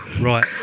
Right